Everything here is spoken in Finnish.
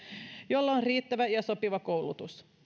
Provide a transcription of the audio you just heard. joilla on riittävä ja sopiva koulutus